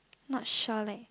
not sure leh